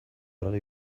argi